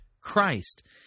Christ